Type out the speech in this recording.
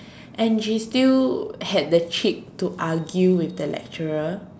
and she still had the cheek to argue with the lecturer